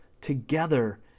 together